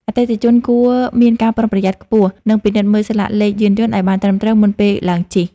អតិថិជនគួរមានការប្រុងប្រយ័ត្នខ្ពស់ និងពិនិត្យមើលស្លាកលេខយានយន្តឱ្យបានត្រឹមត្រូវមុនពេលឡើងជិះ។